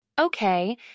Okay